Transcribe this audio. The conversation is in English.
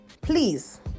please